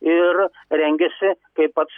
ir rengiasi kaip pats